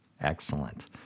Excellent